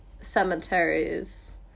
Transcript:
cemeteries